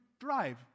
drive